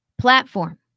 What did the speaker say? platform